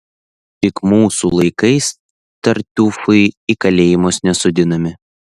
tik mūsų laikais tartiufai į kalėjimus nesodinami